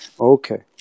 Okay